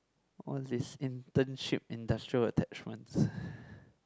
what is this internship industrial attachments